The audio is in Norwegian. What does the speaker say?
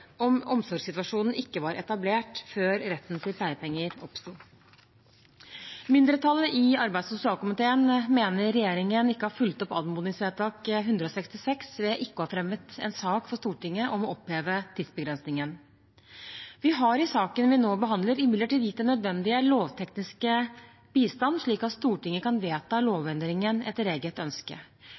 om omsorgssituasjonen ikke var etablert før retten til pleiepenger oppsto. Mindretallet i arbeids- og sosialkomiteen mener regjeringen ikke har fulgt opp anmodningsvedtak 166, ved ikke å ha fremmet en sak for Stortinget om å oppheve tidsbegrensningen. Vi har i saken vi nå behandler, imidlertid gitt den nødvendige lovtekniske bistanden, slik at Stortinget kan vedta lovendringen etter eget ønske.